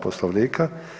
Poslovnika.